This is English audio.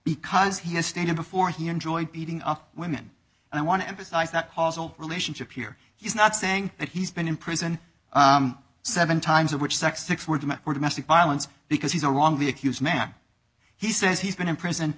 because he has stated before he enjoyed beating up women and i want to emphasize that causal relationship here he's not saying that he's been in prison seven times of which sex six words or domestic violence because he's a wrongly accused man he says he's been in prison